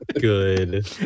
good